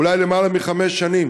אולי למעלה מחמש שנים.